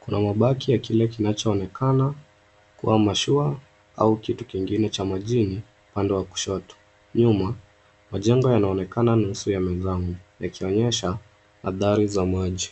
Kuna mabaki ya kile kinacho onekana kuwa mashua au kitu kingine cha majini pande ya kushoto, nyuma majengo yanaonekana nusu yamezama ya kionyesha adhari za maji.